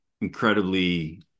incredibly